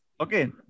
okay